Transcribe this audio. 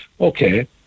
okay